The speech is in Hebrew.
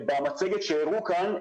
במצגת שהראו כאן,